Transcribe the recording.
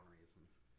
reasons